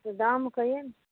से दाम कहियौ ने